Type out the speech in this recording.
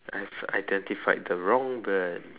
I've identified the wrong bird